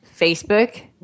Facebook